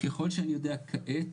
ככל שאני יודע כעת,